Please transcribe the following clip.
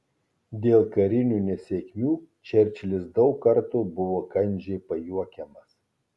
dėl karinių nesėkmių čerčilis daug kartų buvo kandžiai pajuokiamas